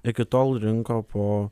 iki tol rinko po